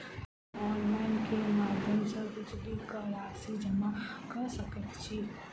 हम ऑनलाइन केँ माध्यम सँ बिजली कऽ राशि जमा कऽ सकैत छी?